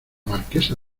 marquesa